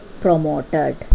promoted